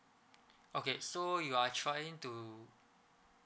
okay so you are trying to